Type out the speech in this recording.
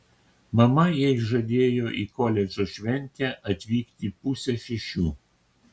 mama jai žadėjo į koledžo šventę atvykti pusę šešių